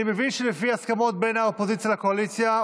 אני מבין שלפי ההסכמות בין האופוזיציה לקואליציה,